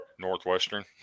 Northwestern